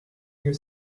your